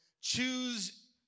choose